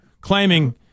claiming